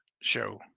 show